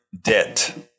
debt